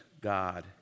God